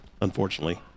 unfortunately –